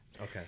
Okay